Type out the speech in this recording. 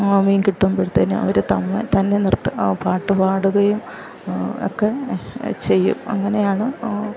ആ മീൻ കിട്ടുമ്പോഴത്തേക്ക് അവർ തന്നെ പാട്ടു പാടുകയും ഒക്കെ ചെയ്യും അങ്ങനെയാണ്